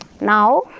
Now